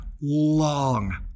long